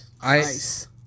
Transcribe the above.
ice